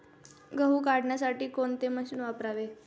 गहू काढण्यासाठी कोणते मशीन वापरावे?